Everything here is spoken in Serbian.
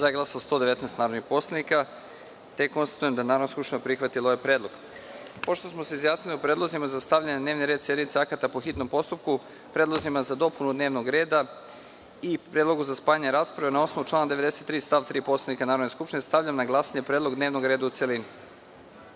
prisutnih 181 narodnih poslanika. Konstatujem da je Narodna skupština prihvatila ovaj predlog. Pošto smo se izjasnili o predlozima za stavljanje na dnevni red sednice akata po hitnom postupku, predlozima za dopunu dnevnog reda i predlogu za spajanje rasprave na osnovu člana 93. stav 3. Poslovnika Narodne skupštine, stavljam na glasanje predlog dnevnog reda u celini. Molim